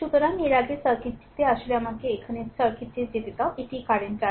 সুতরাং এর আগে সার্কিটটিতে আসলে আমাকে এখানে সার্কিটে যেতে দাও এটিই কারেন্ট i